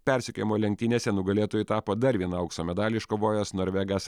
persekiojimo lenktynėse nugalėtoju tapo dar vieną aukso medalį iškovojęs norvegas